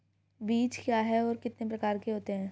बीज क्या है और कितने प्रकार के होते हैं?